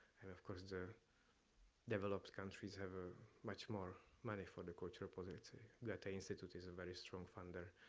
and of course, the developed countries have ah much more money for the cultural polity, that institute is a very strong funder,